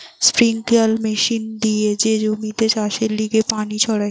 sprinkler machine দিয়ে যে জমিতে চাষের লিগে পানি ছড়ায়